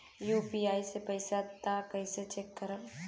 UPI से पैसा आई त कइसे चेक खरब?